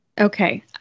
Okay